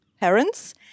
parents